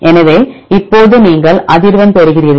எனவே இப்போது நீங்கள் அதிர்வெண் பெறுகிறீர்கள்